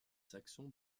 saxon